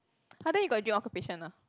!huh! then you got dream occupation ah